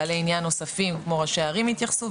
בעלי עניין נוספים כמו ראשי ערים יתייחסו,